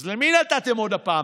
אז למי נתתם עוד הפעם?